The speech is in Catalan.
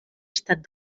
estat